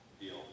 deal